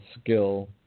skill